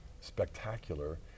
spectacular